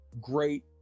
great